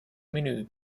menü